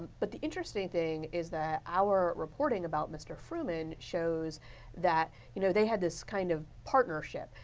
but, the interesting thing is that our reporting about mr. fruman shows that you know they had this kind of partnership.